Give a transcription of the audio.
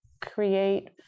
create